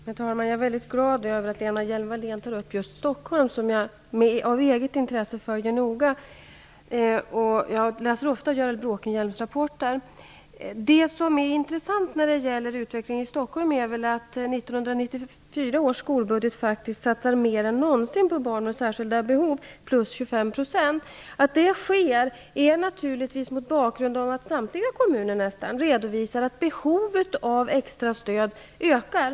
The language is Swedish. Herr talman! Jag är mycket glad över att Lena Hjelm-Wallén tar upp just Stockholm, som jag av eget intresse följer noga. Jag läser ofta Görel Det som är intressant när det gäller utvecklingen i Stockholm är att man i 1994 års skolbudget faktiskt satsar mer än någonsin på barn med särskilda behov, en ökning med 25 %. Att det sker är naturligtvis mot bakgrund av att nästan samtliga kommuner redovisar att behovet av extra stöd ökar.